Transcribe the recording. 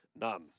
None